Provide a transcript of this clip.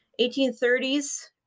1830s